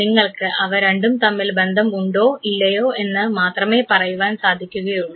നിങ്ങൾക്ക് അവ രണ്ടും തമ്മിൽ ബന്ധം ഉണ്ടോ ഇല്ലയോ എന്ന് മാത്രമേ പറയുവാൻ സാധിക്കുകയുള്ളൂ